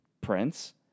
prince